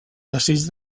desig